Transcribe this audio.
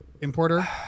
importer